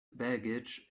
baggage